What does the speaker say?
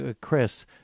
Chris